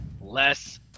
less